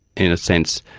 in a sense,